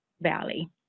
Valley